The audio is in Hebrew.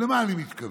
למה אני מתכוון?